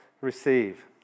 receive